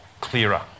clearer